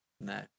No